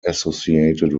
associated